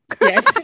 Yes